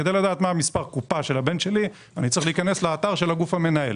כדי לדעת מה מספר הקופה של הבן שלי אני צריך להיכנס לאתר של הגוף המנהל.